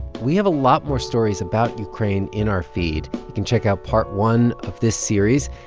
we have a lot more stories about ukraine in our feed. you can check out part one of this series.